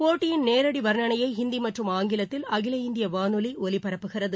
போட்டியின் நேரடி வர்ணனையை ஹிந்தி மற்றும் ஆங்கிலத்தில் அகில இந்திய வானொலி ஒலிபரப்புகிறது